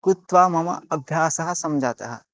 कृत्वा मम अभ्यासः सञ्जातः